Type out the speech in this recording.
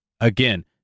again